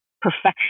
perfection